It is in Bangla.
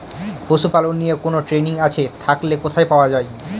পশুপালন নিয়ে কোন ট্রেনিং আছে থাকলে কোথায় পাওয়া য়ায়?